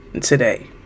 today